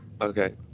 Okay